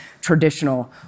traditional